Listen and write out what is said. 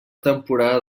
temporada